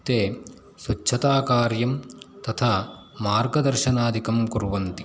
ते स्वच्छताकार्यं तथा मार्गदर्शनादिकं कुर्वन्ति